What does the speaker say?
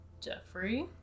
Jeffrey